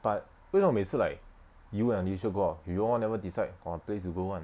but 为什么每次 like you and alicia go out you all never decide on place to go [one]